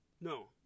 No